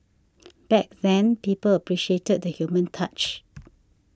back then people appreciated the human touch